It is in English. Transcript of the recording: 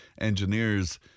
engineers